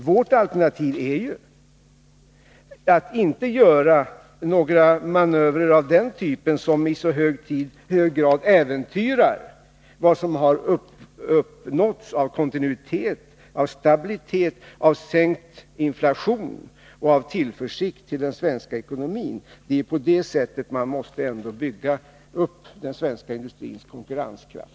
Vårt alternativ är ju att inte göra några manövrer av den typ som i så hög grad äventyrar det som har uppnåtts av kontinuitet och stabilitet, i form av sänkt inflation och tillförsikt för den svenska ekonomin. Det är ändå på det sättet man måste bygga upp den svenska industrins konkurrenskraft.